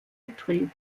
betrieb